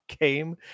Game